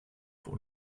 pour